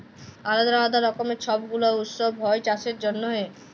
আলদা আলদা রকমের ছব গুলা উৎসব হ্যয় চাষের জনহে